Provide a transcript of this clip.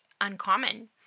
uncommon